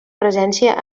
presència